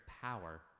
power